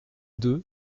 deux